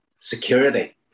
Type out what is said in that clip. security